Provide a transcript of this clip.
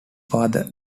father